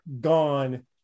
gone